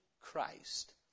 Christ